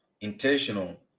intentional